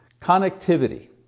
connectivity